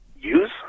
use